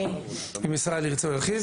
אם ישראל ירצה הוא ירחיב.